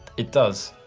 it does.